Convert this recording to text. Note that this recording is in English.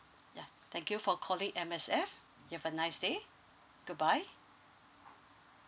ya thank you for calling M_S_F you have a nice day goodbye